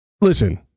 Listen